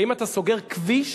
האם אתה סוגר כביש?